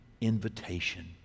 invitation